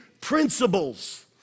principles